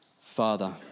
Father